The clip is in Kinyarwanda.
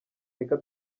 reka